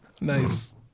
Nice